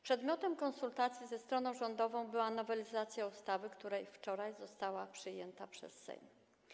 Przedmiotem konsultacji ze stroną rządową była nowelizacja ustawy, która wczoraj została przyjęta przez Sejm.